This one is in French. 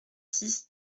six